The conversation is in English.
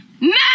No